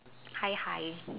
hi hi